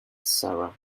sarah